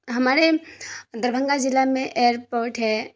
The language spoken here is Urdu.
ہمارے دربھنگہ ضلع میں ایئرپورٹ ہے